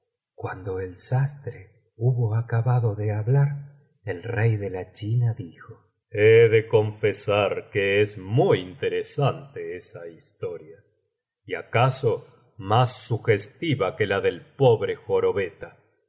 cuando el sastre hubo acabado de hablar el rey de la china dijo he de confesar que es muy interesante esa historia y acaso más sugestiva que la del pobre jorobeta